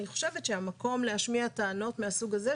אני חושבת שהמקום להשמיע טענות מהסוג הזה,